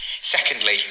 Secondly